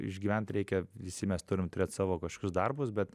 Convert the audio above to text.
išgyvent reikia visi mes turim turėt savo kažkokius darbus bet